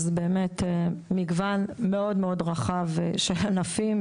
מגוון מאוד רחב של ענפים,